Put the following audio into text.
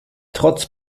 trotz